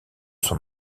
son